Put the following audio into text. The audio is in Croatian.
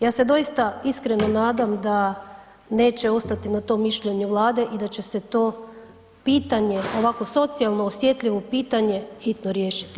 Ja se doista iskreno nadam da neće ostati na tom mišljenju Vlade i da će se to pitanje, ovako socijalno, osjetljivo pitanje hitno riješiti.